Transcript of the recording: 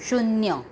शून्य